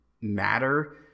matter